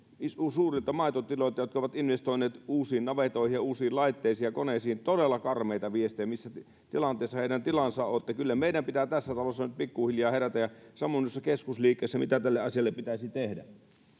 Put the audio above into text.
suurilta maitotiloilta jotka ovat investoineet uusiin navettoihin ja uusiin laitteisiin ja koneisiin todella karmeita viestejä missä tilanteessa heidän tilansa ovat kyllä meidän pitää tässä talossa nyt pikkuhiljaa herätä miettimään ja samoin noissa keskusliikkeissä mitä tälle asialle pitäisi tehdä